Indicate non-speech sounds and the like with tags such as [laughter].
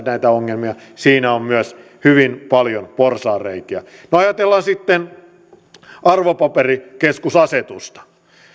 [unintelligible] näitä ongelmia siinä on myös hyvin paljon porsaanreikiä no ajatellaan sitten arvopaperikeskusasetusta